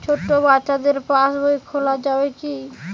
ছোট বাচ্চাদের পাশবই খোলা যাবে কি?